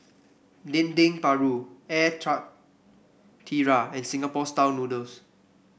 Dendeng Paru Air Karthira and Singapore style noodles